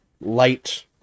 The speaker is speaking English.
light